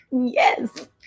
yes